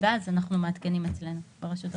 ואז אנחנו מעדכנים אצלנו, ברשות הרישוי.